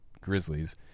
grizzlies